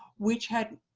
which had,